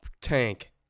Tank